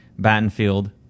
Battenfield